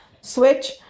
switch